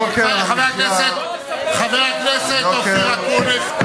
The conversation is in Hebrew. חבר הכנסת אופיר אקוניס.